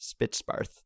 Spitzbarth